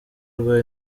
rwa